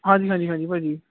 ਹਾਂਜੀ ਹਾਂਜੀ ਹਾਂਜੀ ਭਾਅ ਜੀ